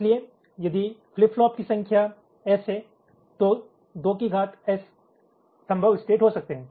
इसलिए यदि flip flop की संख्या एस है तो 2 की घात एस संभव स्टेट हो सकते हैं